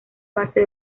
base